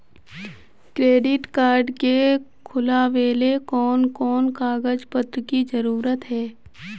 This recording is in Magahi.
क्रेडिट कार्ड के खुलावेले कोन कोन कागज पत्र की जरूरत है?